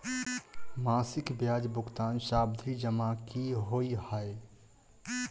मासिक ब्याज भुगतान सावधि जमा की होइ है?